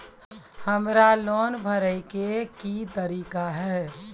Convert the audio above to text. हमरा लोन भरे के की तरीका है?